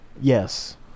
Yes